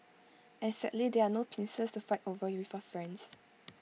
and sadly there are no pincers to fight over with your friends